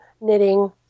knitting